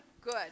good